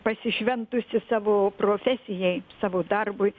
pasišventusi savo profesijai savo darbui